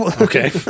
Okay